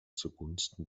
zugunsten